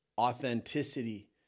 authenticity